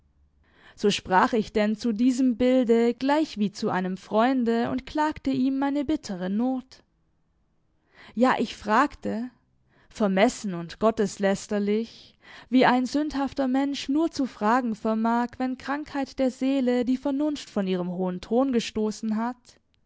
so sprach ich denn zu diesem bilde gleichwie zu einem freunde und klagte ihm meine bittere not ja ich fragte vermessen und gotteslästerlich wie ein sündhafter mensch nur zu fragen vermag wenn krankheit der seele die vernunft von ihrem hohen thron gestoßen hat